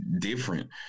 different